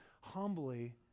humbly